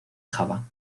java